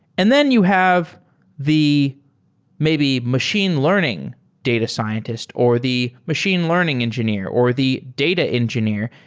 and then you have the maybe machine learning data scientist, or the machine learning engineer, or the data engineer,